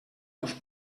dos